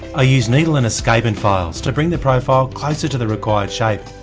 i used needle and escapement files to bring the profile closer to the required shape.